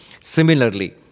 Similarly